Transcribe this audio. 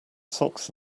socks